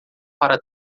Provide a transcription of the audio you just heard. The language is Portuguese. para